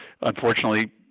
unfortunately